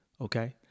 okay